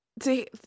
see